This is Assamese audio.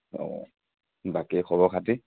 অঁ বাকী খবৰ খাতি